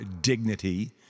dignity